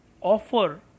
offer